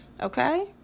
okay